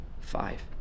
Five